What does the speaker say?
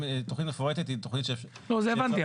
את זה הבנתי.